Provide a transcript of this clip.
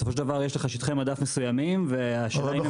בסופו של דבר יש לך שטחי מדף מסוימים והשאלה אם הם